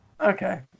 Okay